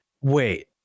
Wait